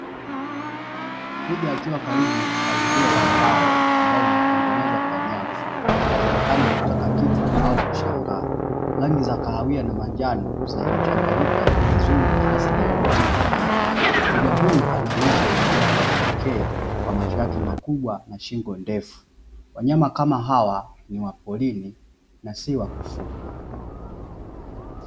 Twiga akiwa karibu na uzio wa mbao ambao umetengenezwa kwa nyavu akionekana kutaka kitu au kushangaa. Rangi za kahawia na manjano zinazochanganyika vizuri na asili ya mti nyuma yake. Twiga huyu anaonyesha uzuri wake wa kipekee kwa macho yake makubwa na shingo ndefu. Wanyama kama hawa ni wa porini na si wa kufugwa.